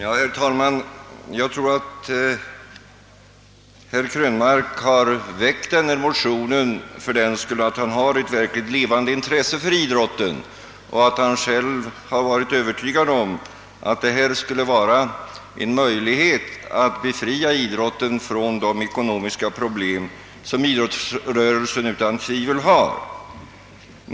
Herr talman! Jag tror att herr Krönmark har väckt denna motion emedan han har ett levande intresse för idrotten och emedan han själv varit övertygad om att idrottsrörelsen på detta sätt skulle kunna befrias från de ekonomiska problem som den utan tvivel har.